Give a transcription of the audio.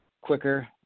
quicker